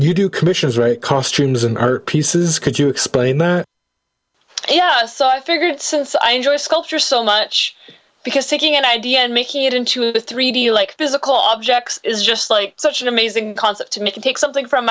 you do commissions write costumes and her pieces could you explain yeah so i figured since i enjoy sculpture so much because taking an idea and making it into the three d like physical objects is just like such an amazing concept to me to take something from